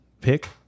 pick